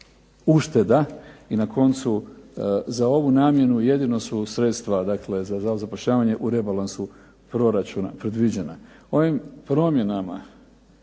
ušteda. I na koncu za ovu namjenu jedino su sredstva za Zavod za zapošljavanje u rebalansu proračuna predviđena. Ovim promjenama